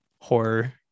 horror